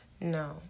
No